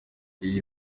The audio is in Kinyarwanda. iyi